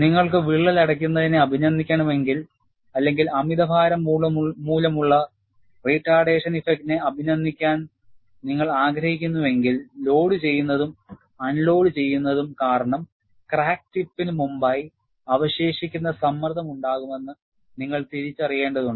നിങ്ങൾക്ക് വിള്ളൽ അടയ്ക്കുന്നതിനെ അഭിനന്ദിക്കണമെങ്കിൽ അല്ലെങ്കിൽ അമിതഭാരം മൂലമുള്ള റിട്ടാർഡേഷൻ ഇഫക്റ്റിനെ അഭിനന്ദിക്കാൻ നിങ്ങൾ ആഗ്രഹിക്കുന്നുവെങ്കിൽ ലോഡ് ചെയ്യുന്നതും അൺലോഡുചെയ്യുന്നതും കാരണം ക്രാക്ക് ടിപ്പിന് മുമ്പായി residual സ്ട്രെസ് ഉണ്ടാകുമെന്ന് നിങ്ങൾ തിരിച്ചറിയേണ്ടതുണ്ട്